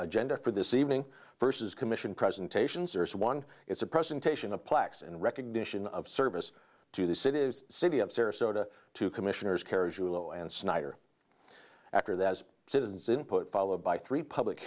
agenda for this evening versus commission presentations or one it's a presentation of plaques and recognition of service to the city the city of sarasota to commissioners cares to low and snyder after that as citizens input followed by three public